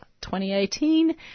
2018